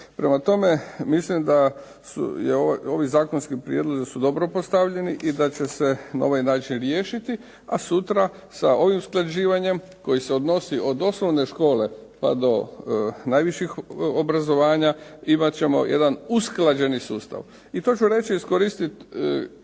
Prema tome, mislim da su ovi zakonski prijedlozi dobro postavljeni i da će se na ovaj način riješiti, a sutra sa ovim usklađivanjem koji se odnosi od osnovne škole pa do najviših obrazovanja imat ćemo jedan usklađeni sustav. I to ću reći, iskoristiti